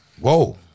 Whoa